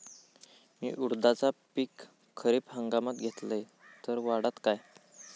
मी उडीदाचा पीक खरीप हंगामात घेतलय तर वाढात काय?